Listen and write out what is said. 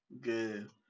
good